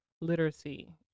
literacy